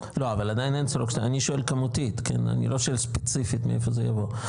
לא אני שואל כמותית אני לא שואל ספציפית מאיפה זה יבוא,